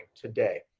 today